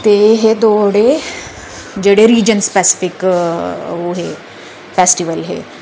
ते एह् दो हे जेह्ड़े रिजन स्पैसिफिक ओह् हे फैस्टीवल हे